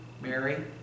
Mary